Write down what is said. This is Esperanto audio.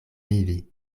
vivi